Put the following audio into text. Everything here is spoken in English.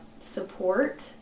support